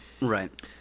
Right